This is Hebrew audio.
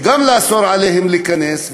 וגם לאסור עליהם להיכנס,